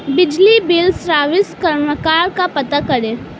बिजली bill service क्रमांक का पता कैसे करें?